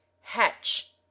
Hatch